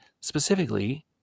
specifically